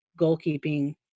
goalkeeping